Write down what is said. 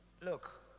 Look